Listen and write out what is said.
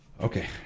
Okay